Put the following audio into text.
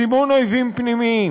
סימון אויבים פנימיים,